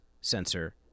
Sensor